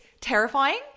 terrifying